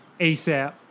ASAP